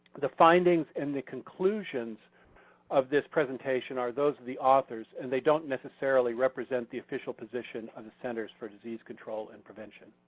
the findings and the conclusions of this presentation are those of the authors and they don't necessarily represent the official position of the centers for disease control and prevention.